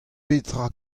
petra